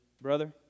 Brother